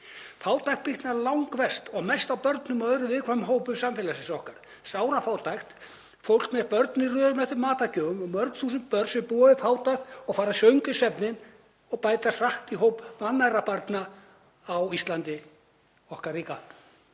Fátækt bitnar langverst og mest á börnum og öðrum viðkvæmum hópum samfélagsins okkar, sárafátækt fólk með börn í röðum eftir matargjöfum og mörg þúsund börn sem búa við fátækt og fara svöng í svefninn og bætast hratt í hóp vannærðra barna á Íslandi okkar ríka.